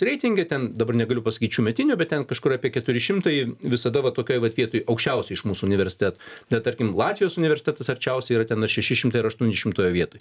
reitinge ten dabar negaliu pasakyt šiųmetinių bet ten kažkur apie keturi šimtai visada va tokioj vat vietoj aukščiausioj iš mūsų universiteto bet tarkim latvijos universitetas arčiausiai yra ten ar šeši šimtai ar aštuoni šimtojoj vietoj